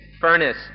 furnace